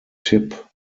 tip